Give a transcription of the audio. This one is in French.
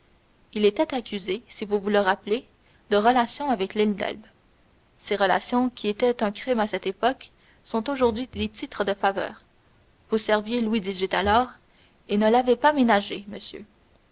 il était accusé si vous vous le rappelez de relations avec l'île d'elbe ces relations qui étaient un crime à cette époque sont aujourd'hui des titres de faveur vous serviez louis xviii alors et ne l'avez pas ménagé monsieur